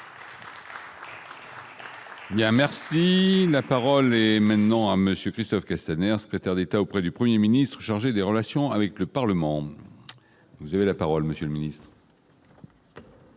merci, la parole est maintenant à monsieur Christophe Castaner, secrétaire d'État auprès du 1er ministre chargé des relations avec le Parlement, vous avez la parole monsieur le ministre.